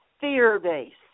fear-based